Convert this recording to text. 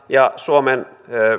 ja suomen